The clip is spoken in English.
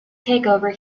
takeover